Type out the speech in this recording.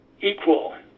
equal